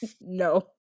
No